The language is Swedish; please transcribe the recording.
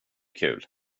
kul